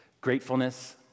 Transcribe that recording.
Gratefulness